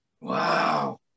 wow